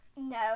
No